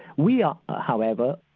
we um however,